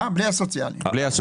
בלי הסוציאלי.